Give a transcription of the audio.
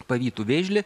pavytų vėžlį